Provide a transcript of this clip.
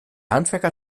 handwerker